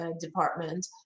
department